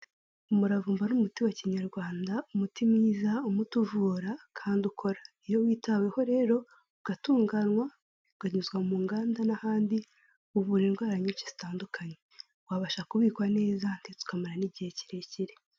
Umuravumba ni umuti wa Kinyarwanda, umuti mwiza, umuti uvura kandi ukora, iyo witaweho rero, ugatunganywa, ukanyuzwa mu nganda n'ahandi uvura indwara nyinshi zitandukanye, wabasha kubikwa neza ndetse ukamara n'igihe kirekire.